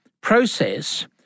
process